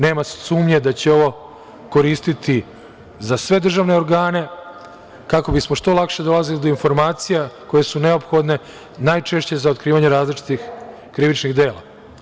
Nema sumnje da će ovo koristiti za sve državne organe, kako bismo što lakše dolazili do informacija koje su neophodno, najčešće za otkrivanje različitih krivičnih dela.